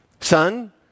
Son